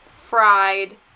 fried